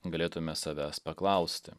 galėtume savęs paklausti